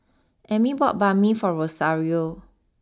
Emmy bought Banh Mi for Rosario